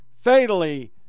fatally